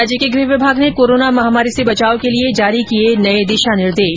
राज्य के गृह विभाग ने कोरोना महामारी से बचाव के लिए जारी किये नये दिशा निर्देश